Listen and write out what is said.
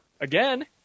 again